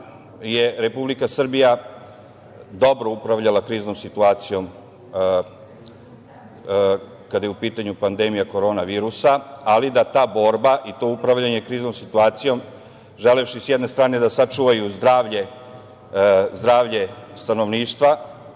da je Republika Srbija dobro upravljala kriznom situacijom, kada je u pitanju pandemija korona virusa, ali da ta borba i to upravljanje kriznom situacijom, želeći s jedne strane da sačuvaju zdravlje stanovništva